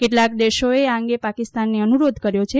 કેટલાક દેશોએ આ અંગે પાકિસ્તાનને અનુરોધ કર્યો છે